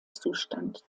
zustand